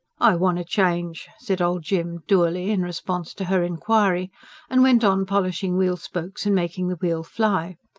i want a change, said old jim dourly in response to her inquiry and went on polishing wheel-spokes, and making the wheel fly.